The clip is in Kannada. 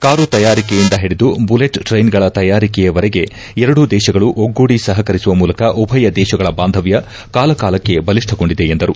ಕಾರು ತಯಾರಿಕೆಯಿಂದ ಹಿಡಿದು ಬುಲೆಟ್ ಟ್ರೈನ್ಗಳ ತಯಾರಿಕೆಯವರೆಗೆ ಎರಡು ದೇಶಗಳು ಒಗ್ಗೂಡಿ ಸಹಕರಿಸುವ ಮೂಲಕ ಉಭಯ ದೇಶಗಳ ಬಾಂಧವ್ಯ ಕಾಲಕಾಲಕ್ಕೆ ಬಲಿಷ್ಟಗೊಂಡಿದೆ ಎಂದರು